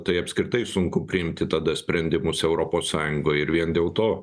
tai apskritai sunku priimti tada sprendimus europos sąjungoj ir vien dėl to